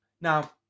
Now